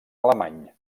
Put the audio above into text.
alemany